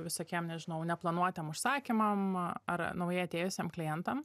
visokiem nežinau neplanuotiem užsakymam ar naujai atėjusiem klientam